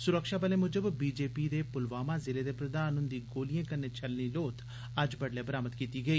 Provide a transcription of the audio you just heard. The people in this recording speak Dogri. सुरक्षा बलें मूजब भाजपा दे पुलवामा जिले दे प्रधान हुंदी गोलिएं कन्नै छलनी लोथ अज्ज बडलै बरामद कीती गेई